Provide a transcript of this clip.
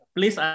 Please